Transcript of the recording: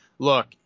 look